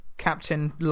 Captain